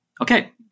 Okay